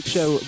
Show